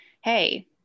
Hey